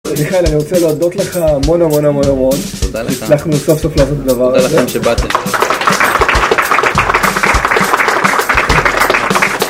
ניכל, אני רוצה להודות לך המון המון המון המון. תודה לך. שאנחנו סוף סוף לעשות את הדבר הזה. תודה לכם שבאתם.